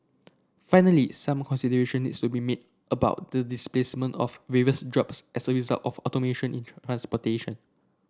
finally some consideration needs to be made about the displacement of various jobs as a result of automation in transportation